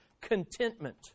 contentment